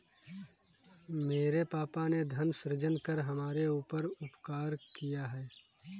मेरे पापा ने धन सृजन कर हमारे ऊपर उपकार किया है